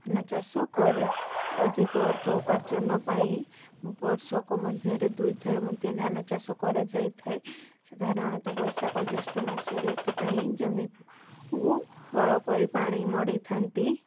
ଧାନ ଚାଷ କରେ ଅଧିକ ଅର୍ଥ ଉପାର୍ଜନ ପାଇଁ ବର୍ଷକ ମଧ୍ୟରେ ଦୁଇଥର ମଧ୍ୟ ଧାନ ଚାଷ କରାଯାଇ ଥାଏ ସାଧାରଣତ ବୈଶାଖ ଜୈଷ୍ଠ ମାସରେ ଏଥିପାଇଁ ଜମିକୁ ହଳ କରି ପାଣି ମଡ଼େଇ ଥାନ୍ତି